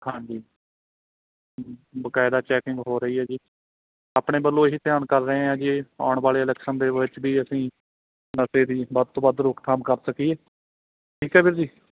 ਹਾਂਜੀ ਬਕਾਇਦਾ ਚੈਕਿੰਗ ਹੋ ਰਹੀ ਹੈ ਜੀ ਆਪਣੇ ਵੱਲੋਂ ਇਹੀ ਧਿਆਨ ਕਰ ਰਹੇ ਹਾਂ ਜੀ ਆਉਣ ਵਾਲੇ ਇਲੈਕਸ਼ਨ ਦੇ ਵਿੱਚ ਵੀ ਅਸੀਂ ਨਸ਼ੇ ਦੀ ਵੱਧ ਤੋਂ ਵੱਧ ਰੋਕਥਾਮ ਕਰ ਸਕੀਏ ਠੀਕ ਹੈ ਵੀਰ ਜੀ